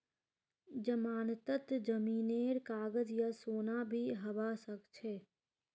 जमानतत जमीनेर कागज या सोना भी हबा सकछे